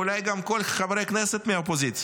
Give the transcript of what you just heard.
ואולי גם כל חברי הכנסת מהאופוזיציה,